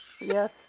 Yes